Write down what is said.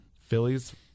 Phillies